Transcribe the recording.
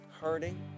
hurting